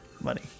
money